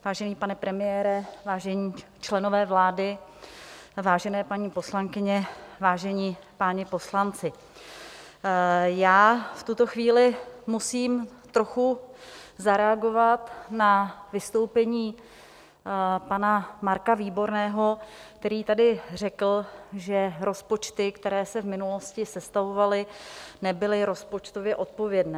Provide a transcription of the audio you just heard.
Vážený pane premiére, vážení členové vlády, vážené paní poslankyně, vážení páni poslanci, já v tuto chvíli musím trochu zareagovat na vystoupení pana Marka Výborného, který tady řekl, že rozpočty, které se v minulosti sestavovaly, nebyly rozpočtově odpovědné.